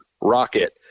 rocket